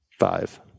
five